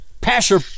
Passer